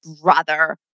brother